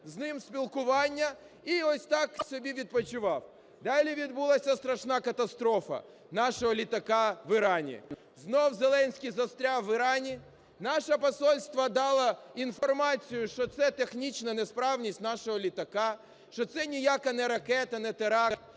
з ним спілкування і ось так собі відпочивав. Далі відбулася страшна катастрофа нашого літака в Ірані. Знову Зеленський застряв в Ірані. Наше посольство дало інформацію, що це технічна несправність нашого літака, що це ніяка не ракета, ні теракт,